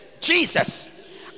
Jesus